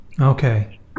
Okay